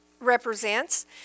represents